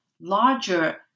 larger